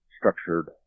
structured